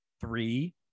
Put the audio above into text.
three